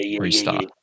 restart